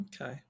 okay